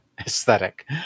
Aesthetic